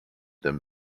them